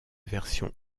version